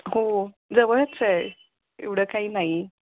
हो जवळचं आहे एवढं काही नाही